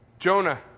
Jonah